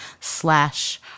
slash